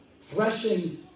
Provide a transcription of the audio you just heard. Threshing